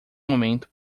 momento